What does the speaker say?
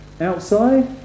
outside